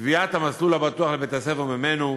קביעת המסלול הבטוח לבית-הספר וממנו,